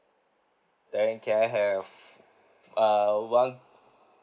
then can I have uh one